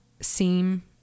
seem